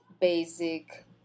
basic